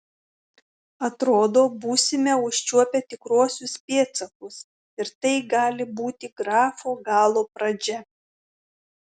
atrodo būsime užčiuopę tikruosius pėdsakus ir tai gali būti grafo galo pradžia